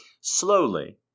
Slowly